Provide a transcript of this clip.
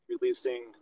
releasing